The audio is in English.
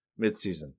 midseason